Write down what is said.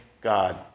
God